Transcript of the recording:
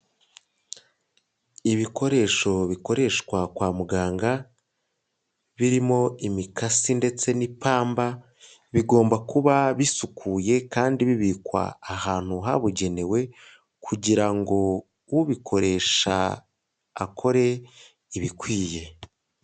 Ibikoresho bikoreshwa kwa muganga birimo imikasi ndetse n'ipamba bigomba kuba bisukuye kandi bibikwa ahantu habugenewe kugira ngo ubikoresha akore ibikwiye.